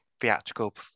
theatrical